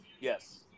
Yes